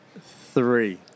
three